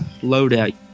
loadout